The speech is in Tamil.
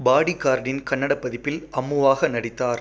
பாடிகார்டின் கன்னட பதிப்பில் அம்முவாக நடித்தார்